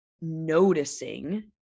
noticing –